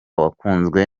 wakunzwe